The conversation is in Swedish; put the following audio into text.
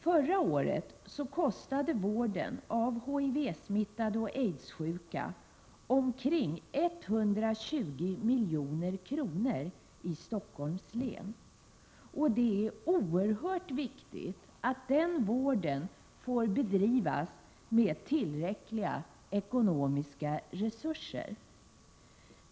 Förra året kostade vården av HIV-smittade och aids-sjuka omkring 120 milj.kr. i Stockholms län. Och det är oerhört viktigt att den vården får bedrivas med tillräckliga ekonomiska resurser.